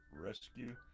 rescue